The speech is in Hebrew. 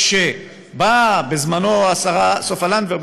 שכשבאה בזמנו השרה סופה לנדבר,